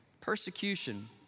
Persecution